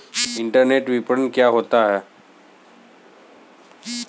Internet विपणन क्या होता है?